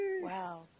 Wow